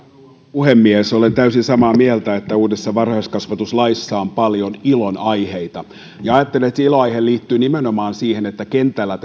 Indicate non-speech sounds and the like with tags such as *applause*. puhemies olen täysin samaa mieltä että uudessa varhaiskasvatuslaissa on paljon ilonaiheita ja ajattelen että se ilonaihe liittyy nimenomaan siihen että kentällä *unintelligible*